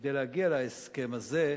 כדי להגיע להסכם הזה,